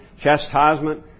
chastisement